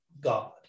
God